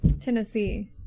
Tennessee